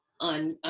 on